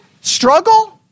Struggle